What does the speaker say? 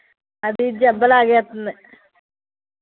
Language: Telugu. అది జబ్బ లాగేస్తుంది